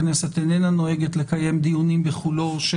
הכנסת איננה נוהגת לקיים דיונים בחולו של